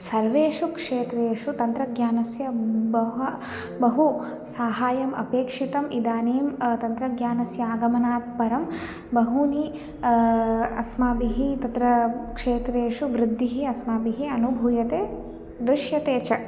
सर्वेषु क्षेत्रेषु तन्त्रज्ञानस्य बहु बहु सहायः अपेक्षितः इदानीं तन्त्रज्ञानस्य आगमनात्परं बहूनि अस्माभिः तत्र क्षेत्रेषु वृद्धिः अस्माभिः अनुभूयते दृश्यते च